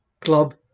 Club